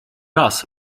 raz